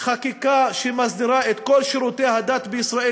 חקיקה שמסדירה את כל שירותי הדת בישראל,